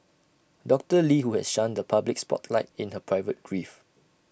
doctor lee who has shunned the public spotlight in her private grief